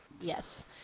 Yes